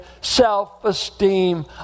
self-esteem